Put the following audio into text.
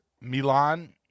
Milan